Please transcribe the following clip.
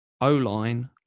O-line